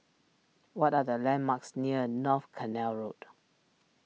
what are the landmarks near North Canal Road